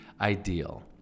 ideal